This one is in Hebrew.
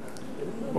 יאללה,